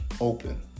open